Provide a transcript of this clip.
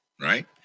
right